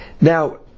Now